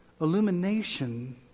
Illumination